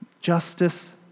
Justice